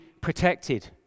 protected